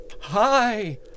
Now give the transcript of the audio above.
Hi